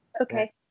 Okay